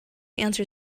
answer